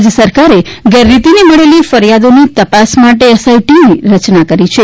રાજ્ય સરકારે ગેરરીતિની મળેલી ફરીયાદોની તપાસ માટે એસ આઈ ટી ની રચના કરી છે